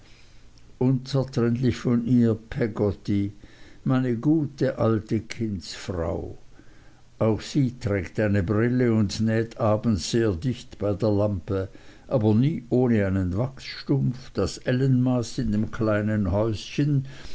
unzertrennlich von ihr peggotty meine gute alte kindsfrau auch sie trägt eine brille und näht abends sehr dicht bei der lampe aber nie ohne einen wachsstumpf das ellenmaß in dem kleinen häuschen